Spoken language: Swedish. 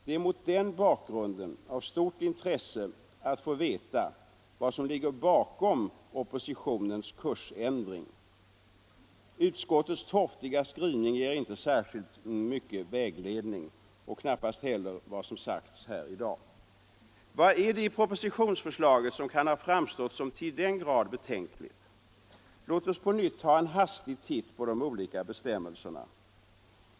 Det är mot den bakgrunden av stort intresse att få veta vad som ligger bakom oppositionens kursändring. Utskottets torftiga skrivning ger inte särskilt mycket vägledning och knappast heller vad som sagts här i dag. Vad är det i propositionsförslaget som kan ha framstått som till den grad betänkligt? Låt oss på nytt ta en hastig titt på de olika bestämmelserna.